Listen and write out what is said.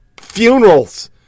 funerals